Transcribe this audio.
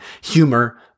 humor